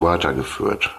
weitergeführt